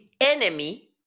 enemy